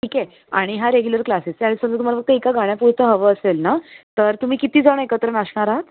ठीक आहे आणि हा रेगुलर क्लासेस आहे आणि समजा तुम्हाला फक्त एका गाण्यापुरतं हवं असेल ना तर तुम्ही किती जण एकत्र नाचणार आहात